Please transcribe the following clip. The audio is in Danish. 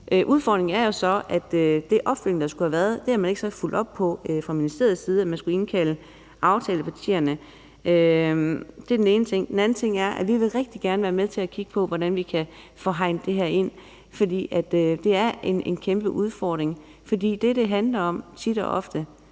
Udfordringen er så, at den opfølgning, der skulle have været, ikke er blevet lavet. Så man har ikke fulgt op på det fra ministeriets side, i forhold til at man skulle indkalde aftalepartierne. Det var den ene ting. Den anden ting er, at vi rigtig gerne vil være med til at kigge på, hvordan vi kan få hegnet det her ind, for det er en kæmpe udfordring. Det, som det handler om – og vi